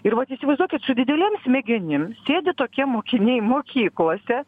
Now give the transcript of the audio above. irva įsivaizduokit su didelėm smegenim sėdi tokie mokiniai mokyklose